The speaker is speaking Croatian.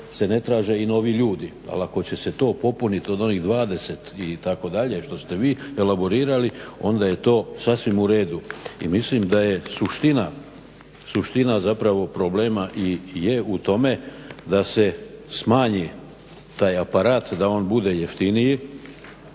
se ne traže i novi ljudi. Ali ako će se to popuniti od onih 20 itd. što ste vi elaborirali onda je to sasvim u redu i mislim da je suština, suština zapravo problema i je u tome da se smanji taj aparat, da on bude jeftiniji